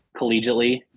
collegially